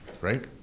right